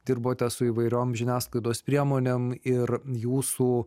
dirbote su įvairiom žiniasklaidos priemonėm ir jūsų